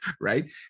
right